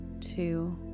two